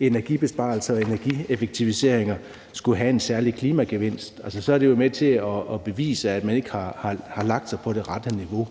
energibesparelser og energieffektiviseringer, skulle have en særlig klimagevinst, er det jo med til at bevise, at man ikke har lagt sig på det rette niveau.